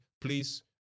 please